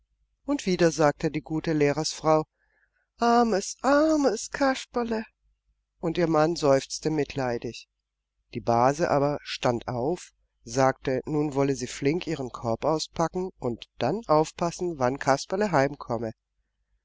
und wieder sagte die gute lehrersfrau armes armes kasperle und ihr mann seufzte mitleidig die base aber stand auf sagte nun wolle sie flink ihren korb auspacken und dann aufpassen wann kasperle